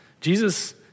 Jesus